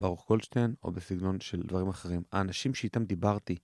ברוך גולדשטיין או בסגנון של דברים אחרים, האנשים שאיתם דיברתי